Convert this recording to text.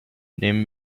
nehmen